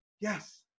Yes